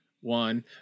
one